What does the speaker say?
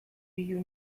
you